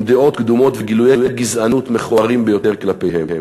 דעות קדומות וגילויי גזענות מכוערים ביותר כלפיהם.